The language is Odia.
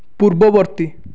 ପୂର୍ବବର୍ତ୍ତୀ